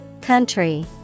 Country